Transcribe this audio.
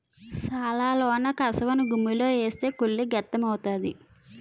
సాలలోన కసవను గుమ్మిలో ఏస్తే కుళ్ళి గెత్తెము అవుతాది